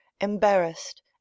embarrassed